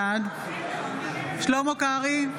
בעד שלמה קרעי,